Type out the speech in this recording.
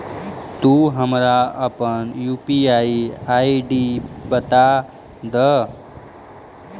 तू हमारा अपन यू.पी.आई आई.डी बता दअ